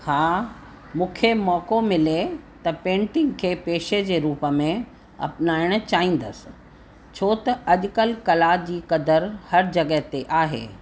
हा मूंखे मौक़ो मिले त पेंटिंग खे पेशे जे रूप में अपनाइण चाहींदसि छो त अॼुकल्ह कला जी क़द्र हर जॻह ते आहे